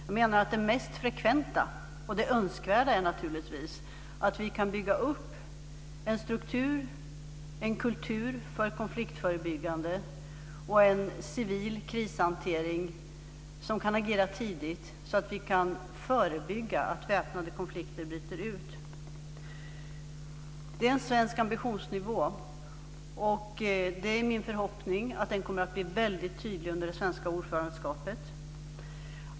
Jag menar att det mest önskvärda naturligtvis är att vi kan bygga upp en struktur och en kultur för konfliktförebyggande arbete och en civil krishantering, så att vi kan agera tidigt och förebygga att väpnade konflikter bryter ut. Det är en svensk ambitionsnivå. Det är min förhoppning att den kommer att bli väldigt tydlig under det svenska ordförandeskapet.